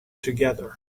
together